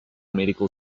medical